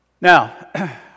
Now